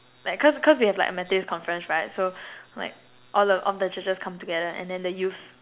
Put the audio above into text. like cause cause they have like a Methodist conference right so like all of the churches come together and then the youths